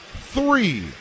three